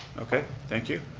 okay, thank you.